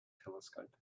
telescope